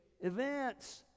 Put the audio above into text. events